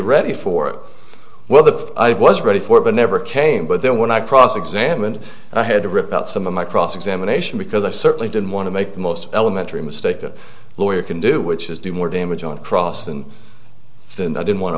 ready for well that i was ready for but never came but then when i cross examined i had to rip out some of my cross examination because i certainly didn't want to make the most elementary mistake a lawyer can do which is do more damage on cross and i didn't want to